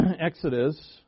Exodus